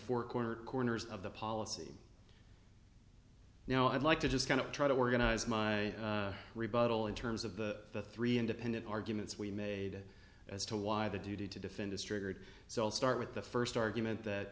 four corners corners of the policy now i'd like to just kind of try to organize my rebuttal in terms of the three independent arguments we made as to why the duty to defend is triggered so i'll start with the first argument that